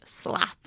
slap